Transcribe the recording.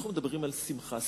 אנחנו מדברים על שמחה.